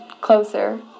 closer